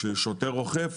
כששוטר אוכף,